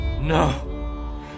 No